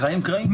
מה